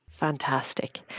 Fantastic